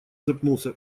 запнулся